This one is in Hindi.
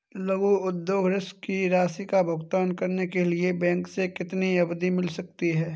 लघु उद्योग ऋण की राशि का भुगतान करने के लिए बैंक से कितनी अवधि मिल सकती है?